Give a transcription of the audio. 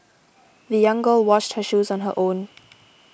the young girl washed her shoes on her own